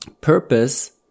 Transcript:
Purpose